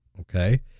okay